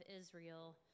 Israel